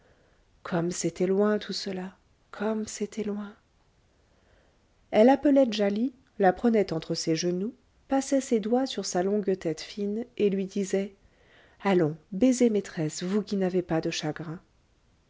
comme c'était loin tout cela comme c'était loin elle appelait djali la prenait entre ses genoux passait ses doigts sur sa longue tête fine et lui disait allons baisez maîtresse vous qui n'avez pas de chagrins